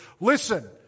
Listen